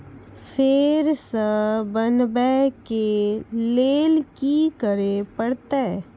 फेर सॅ बनबै के लेल की करे परतै?